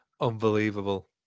Unbelievable